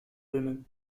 women